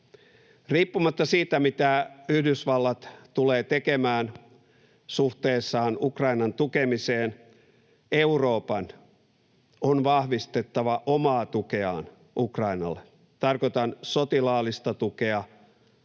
Riippumatta siitä, mitä Yhdysvallat tulee tekemään suhteessaan Ukrainan tukemiseen, Euroopan on vahvistettava omaa tukeaan Ukrainalle. Tarkoitan sotilaallista tukea,